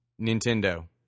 Nintendo